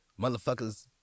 motherfuckers